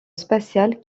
spatial